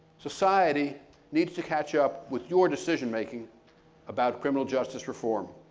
society needs to catch up with your decision making about criminal justice reform.